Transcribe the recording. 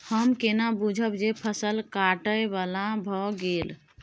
हम केना बुझब जे फसल काटय बला भ गेल?